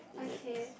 okay